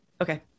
Okay